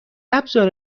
ابزار